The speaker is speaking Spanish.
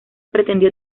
pretendió